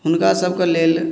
हुनका सबके लेल